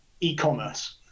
e-commerce